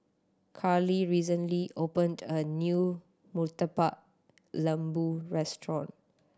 Karly recently opened a new Murtabak Lembu restaurant